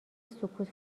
سکوت